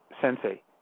Sensei